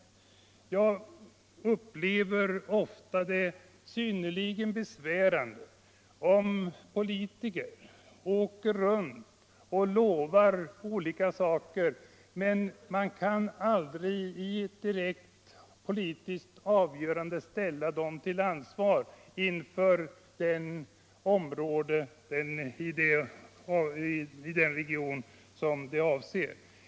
Folk upplever det som anmärkningsvärt att politiker reser runt och ger löften men att man aldrig i ett direkt avgörande kan ställa dem till ansvar inom det område eller i den region som löftena har avsett.